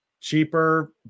cheaper